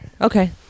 Okay